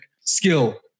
skill